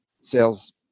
sales